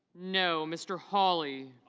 no. mr. holly